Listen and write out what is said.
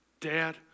Dad